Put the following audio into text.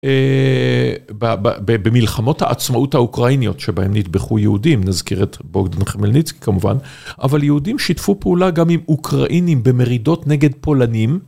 במלחמות העצמאות האוקראיניות שבהן נתבכו יהודים, נזכרת בוגדן חמלניצקי כמובן אבל יהודים שיתפו פעולה גם עם אוקראינים במרידות נגד פולנים.